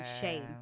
shame